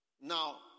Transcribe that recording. now